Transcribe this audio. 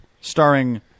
starring